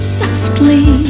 softly